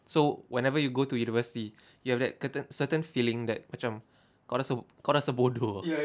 so whenever you go to university you have that curtai~ certain feeling that macam kau rasa kau rasa bodoh